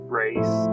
race